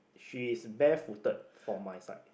she's barefooted for my side